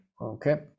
okay